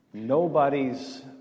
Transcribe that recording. Nobody's